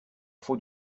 faut